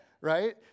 right